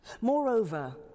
Moreover